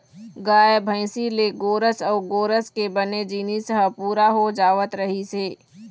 गाय, भइसी ले गोरस अउ गोरस के बने जिनिस ह पूरा हो जावत रहिस हे